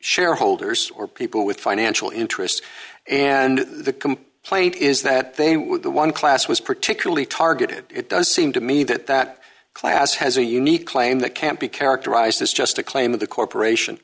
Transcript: shareholders or people with financial interests and the complaint is that they were the one class was particularly targeted it does seem to me that that class has a unique claim that can't be characterized as just a claim of the corporation